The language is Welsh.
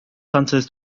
santes